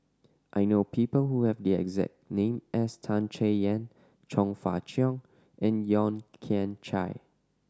I know people who have the exact name as Tan Chay Yan Chong Fah Cheong and Yeo Kian Chai